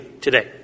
today